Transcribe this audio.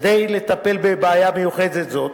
כדי לטפל בבעיה מיוחדת זאת,